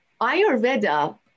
Ayurveda